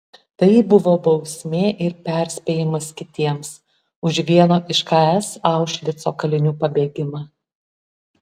tai buvo bausmė ir perspėjimas kitiems už vieno iš ks aušvico kalinių pabėgimą